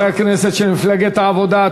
חברי הכנסת של מפלגת העבודה,